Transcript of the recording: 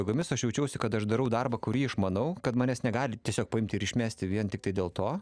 jėgomis aš jaučiausi kad aš darau darbą kurį išmanau kad manęs negali tiesiog paimti ir išmesti vien tiktai dėl to